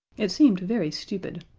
it seemed very stupid,